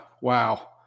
Wow